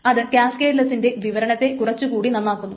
അത് കാസ്കേഡ്ലെസ്സിന്റെ വിവരണത്തെ കുറച്ചു കൂടി നന്നാക്കുന്നു